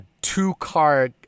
two-car